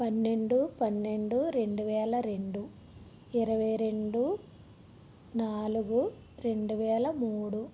పన్నెండు పన్నెండు రెండువేల రెండు ఇరవై రెండు నాలుగు రెండు వేల మూడు